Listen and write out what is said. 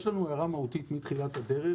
יש לנו הערה מהותית מתחילת הדרך,